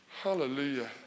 Hallelujah